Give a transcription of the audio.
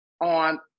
on